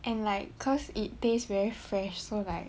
and like cause it taste very fresh so like